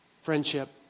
friendship